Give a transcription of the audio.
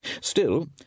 Still